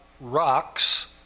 rocks